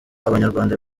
abanyarwanda